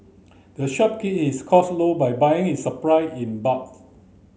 the shop keep its cost low by buying its supply in bulk